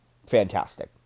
Fantastic